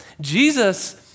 Jesus